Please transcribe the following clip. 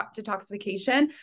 detoxification